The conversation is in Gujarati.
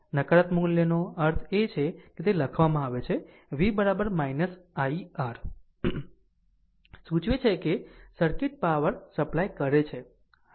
નકારાત્મક મૂલ્યનો અર્થ છે તે લખવામાં આવે છે V i R સૂચવે છે કે સર્કિટ પાવર સપ્લાય કરે છે અને